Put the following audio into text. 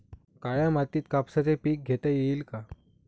काळ्या मातीत कापसाचे पीक घेता येईल का?